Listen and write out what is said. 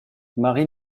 marie